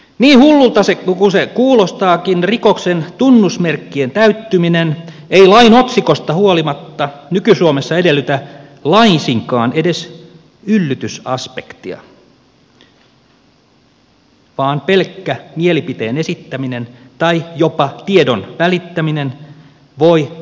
niin hullulta kuin se kuulostaakin rikoksen tunnusmerkkien täyttyminen ei lain otsikosta huolimatta nyky suomessa edellytä laisinkaan edes yllytysaspektia vaan pelkkä mielipiteen esittäminen tai jopa tiedon välittäminen voi johtaa oikeustoimiin